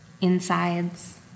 insides